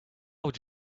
would